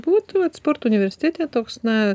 būtumėt sporto universitete toks na